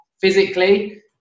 physically